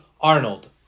Arnold